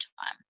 time